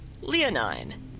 LEONINE